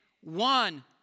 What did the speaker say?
one